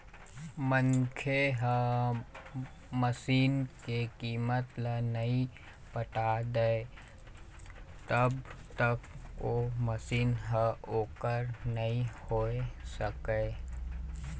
मनखे ह मसीन के कीमत ल नइ पटा दय तब तक ओ मशीन ह ओखर नइ होय सकय